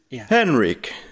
Henrik